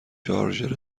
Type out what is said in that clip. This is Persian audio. شارژر